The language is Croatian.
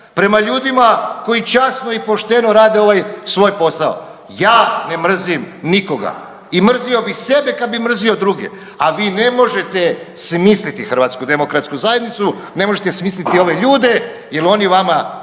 prema ljudima koji časno i pošteno rade ovaj svoj posao. Ja ne mrzim nikoga i mrzio bi sebe kad bi mrzio druge, a vi ne možete smisliti HDZ, ne možete smisliti ove ljude jel oni vama,